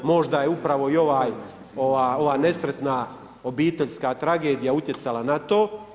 Možda je upravo i ova nesretna obiteljska tragedija utjecala na to.